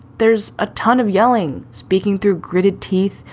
there's a ton of yelling. speaking through gritted teeth,